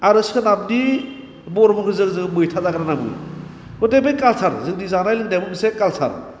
आरो सोनाबनि बर'फोरखौ जोङो जोङो मैथा जाग्रा होन्नानै बुङो गथाय बे काल्सार जोंनि जानाय लोंनायाबो मोनसे काल्सार